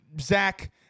Zach